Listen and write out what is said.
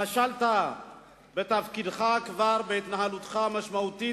כשלת בתפקידך כבר בהתנהלותך המשמעותית